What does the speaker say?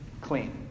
clean